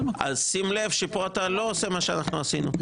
שים לב שפה אתה לא עושה מה שאנחנו עשינו,